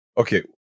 Okay